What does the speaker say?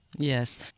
Yes